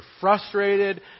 frustrated